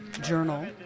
journal